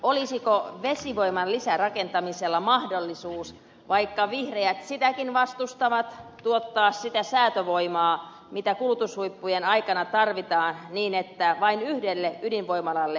olisiko vesivoiman lisärakentamisella vaikka vihreät sitäkin vastustavat mahdollisuus tuottaa sitä säätövoimaa mitä kulutushuippujen aikana tarvitaan niin että olisikin tarvetta vain yhdelle ydinvoimalalle